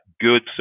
good